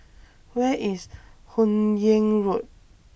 Where IS Hun Yeang Road